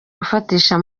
gufatisha